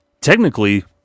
technically